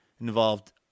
Involved